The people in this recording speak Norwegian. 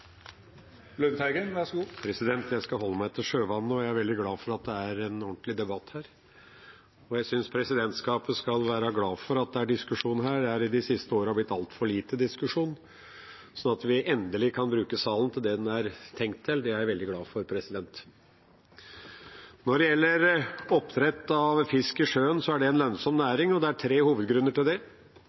lite diskusjon, så at vi endelig kan bruke salen til det den er tenkt til, er jeg veldig glad for. Når det gjelder oppdrett av fisk i sjøen, er det en lønnsom næring, og det er tre hovedgrunner til det.